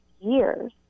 years